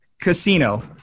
Casino